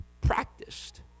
practiced